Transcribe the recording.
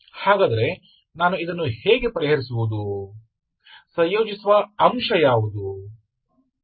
आपके पास dvξ 13v29ठीक है